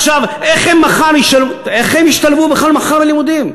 עכשיו, איך הם ישתלבו מחר בכלל בלימודים?